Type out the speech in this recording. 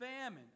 famine